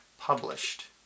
published